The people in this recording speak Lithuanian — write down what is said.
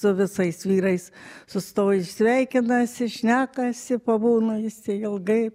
su visais vyrais sustoja ir sveikinasi šnekasi pabūna jisai ilgai